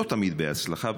לא תמיד בהצלחה,